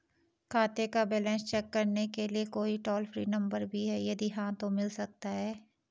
खाते का balance check करने के लिए कोई टॉल फ्री नम्बर भी है यदि हाँ तो मिल सकता है?